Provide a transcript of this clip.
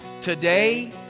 Today